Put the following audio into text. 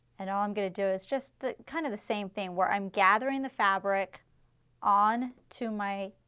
and all i am going to do is just the kind of the same thing where i'm gathering the fabric on to my